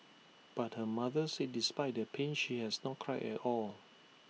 but her mother said despite the pain she has not cried at all